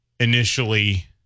initially